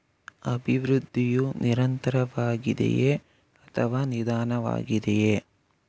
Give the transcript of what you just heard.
ಅಭಿವೃದ್ಧಿಯು ನಿರಂತರವಾಗಿದೆಯೇ ಅಥವಾ ನಿಧಾನವಾಗಿದೆಯೇ?